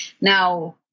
Now